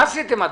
עושים את